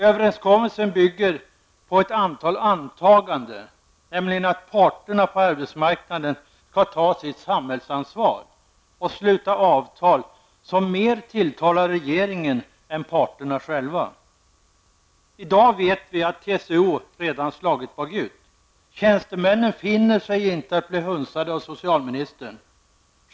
Överenskommelsen bygger på ett antal antaganden, nämligen att parterna på arbetsmarknaden skall ta sitt samhällsansvar och sluta avtal som mer tilltalar regeringen än parterna själva. I dag vet vi att TCO redan har slagit bakut. Tjänstemännen finner sig inte i att bli hunsade av socialministern.